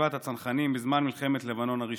חטיבת הצנחנים בזמן מלחמת לבנון הראשונה.